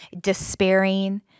despairing